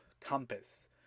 compass